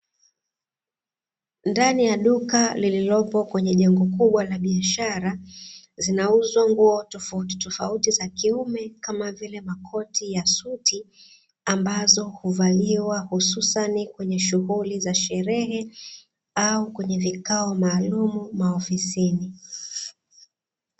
Ndani ya duka lililopo kwenye jengo kubwa la biashara zinauzwa nguo tofauti tofauti za kiume kama vile makoti ya suti ambazo huvaliwa hususani kwenye shughuli za sherehe au kwenye vikao maalum maofisini.